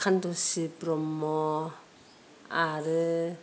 खान्दुसि ब्रह्म आरो